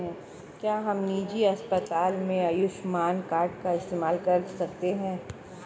क्या हम निजी अस्पताल में आयुष्मान कार्ड का इस्तेमाल कर सकते हैं?